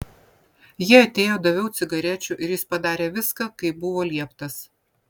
jie atėjo daviau cigarečių ir jis padarė viską kaip buvo lieptas